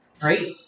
great